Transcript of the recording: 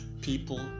people